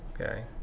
Okay